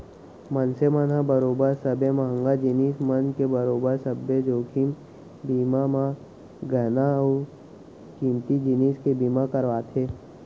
मनसे मन ह बरोबर सबे महंगा जिनिस मन के बरोबर सब्बे जोखिम बीमा म गहना अउ कीमती जिनिस के बीमा करवाथे